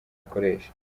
akoresha